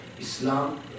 Islam